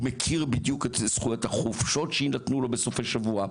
הוא מכיר בדיוק את זכויות החופשות שיינתנו לו בסופי שבוע.